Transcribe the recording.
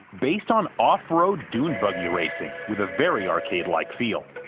based on off-road dune buggy racing, with a very arcade-like feel.